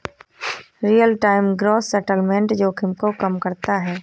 real time gross settlement जोखिम को कम करता है